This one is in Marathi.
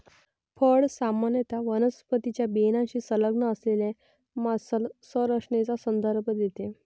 फळ सामान्यत वनस्पतीच्या बियाण्याशी संलग्न असलेल्या मांसल संरचनेचा संदर्भ देते